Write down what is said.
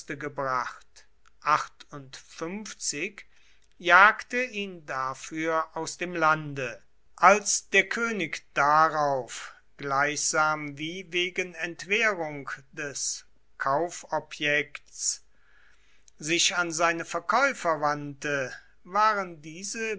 gebracht jagte ihn dafür aus dem lande als der könig darauf gleichsam wie wegen entwährung des kaufobjekts sich an seine verkäufer wandte waren diese